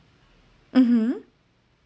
mmhmm